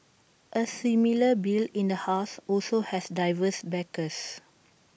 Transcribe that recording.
A similar bill in the house also has diverse backers